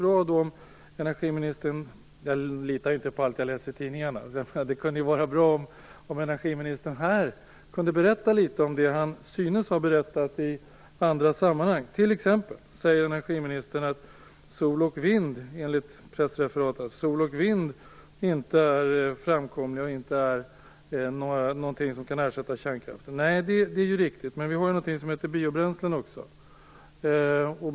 Jag litar inte på allt jag läser i tidningarna, så det kunde vara bra om energiministern här kunde berätta litet om det han synes ha berättat om i andra sammanhang. Enligt ett pressreferat säger t.ex. energiministern att sol och vind inte är framkomliga som energikällor, och att de inte är någonting som kan ersätta kärnkraften. Nej, det är riktigt - men vi har någonting som heter biobränslen också.